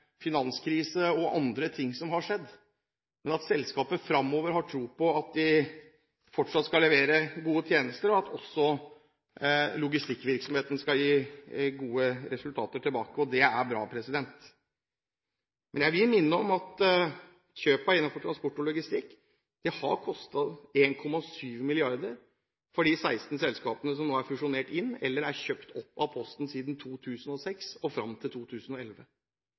finanskrise og andre ting som har skjedd, men selskapet har tro på at de fortsatt skal levere gode tjenester, og at logistikkvirksomheten også skal gi gode resultater tilbake. Det er bra. Men jeg vil minne om at kjøpene innenfor transport og logistikk har kostet 1,7 mrd. kr for de 16 selskapene som nå er fusjonert inn eller kjøpt opp av Posten siden 2006 og fram til 2011.